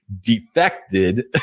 defected